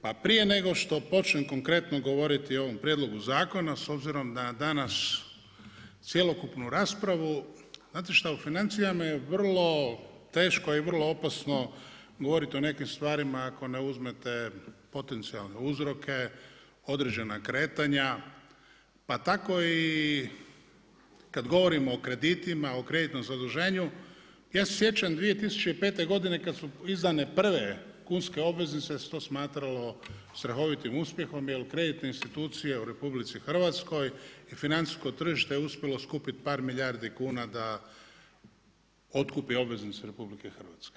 Pa prije nego što počnem konkretno govoriti o ovom prijedlogu zakonu, s obzirom da danas cjelokupnu raspravu, znate što, u financijama je vrlo teško i vrlo opasno govoriti o nekim stvarima ako ne uzmete potencijalne uzroke, određena kretanja, pa tako i kad govorimo o kreditima, o kreditnom zaduženju, ja se sjećam 2005. godine kad su izdane prve kunske obveznice jer se to smatralo strahovitim uspjehom jer kreditne institucije u RH i financijsko tržište uspjelo skupiti par milijardi kuna da otkupi obveznice RH.